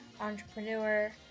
entrepreneur